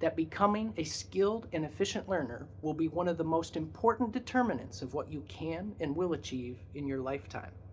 that, becoming a skilled and efficient learner will be one of the most important determinants of what you can and will achieve in your lifetime.